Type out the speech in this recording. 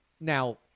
Now